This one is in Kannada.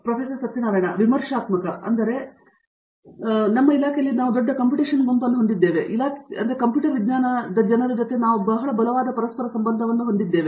ಪ್ರೊಫೆಸರ್ ಸತ್ಯಾನಾರಾಯಣ ಎನ್ ಗುಮ್ಮದಿ ನಮ್ಮ ಇಲಾಖೆಯಲ್ಲಿ ನಾವು ದೊಡ್ಡ ಕಂಪ್ಯೂಟೇಶನ್ ಗುಂಪನ್ನು ಹೊಂದಿದ್ದೇವೆ ಮತ್ತು ನಮ್ಮ ಇಲಾಖೆ ಮತ್ತು ಕಂಪ್ಯೂಟರ್ ವಿಜ್ಞಾನದ ಜನರ ನಡುವೆ ಬಹಳ ಬಲವಾದ ಪರಸ್ಪರ ಸಂಬಂಧವನ್ನು ಹೊಂದಿದ್ದೇವೆ